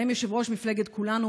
בהם יו"ר מפלגת כולנו,